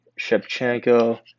Shevchenko